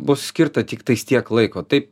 bus skirta tiktais tiek laiko tai